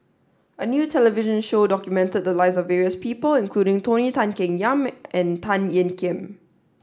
a new television show documented the lives of various people including Tony Tan Keng Yam and Tan Ean Kiam